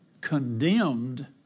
condemned